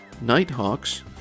Nighthawks